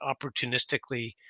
opportunistically